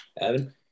Evan